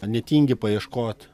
netingi paieškot